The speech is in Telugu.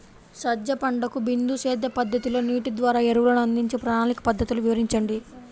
సజ్జ పంటకు బిందు సేద్య పద్ధతిలో నీటి ద్వారా ఎరువులను అందించే ప్రణాళిక పద్ధతులు వివరించండి?